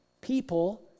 people